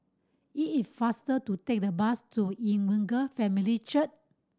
it is faster to take the bus to Evangel Family Church